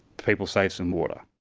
people save some water.